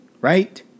Right